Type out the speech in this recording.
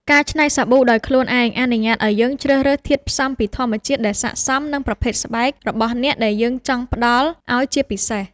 ការច្នៃសាប៊ូដោយខ្លួនឯងអនុញ្ញាតឱ្យយើងជ្រើសរើសធាតុផ្សំពីធម្មជាតិដែលស័ក្តិសមនឹងប្រភេទស្បែករបស់អ្នកដែលយើងចង់ផ្តល់ឱ្យជាពិសេស។